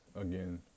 again